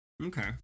Okay